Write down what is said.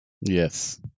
Yes